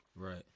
Right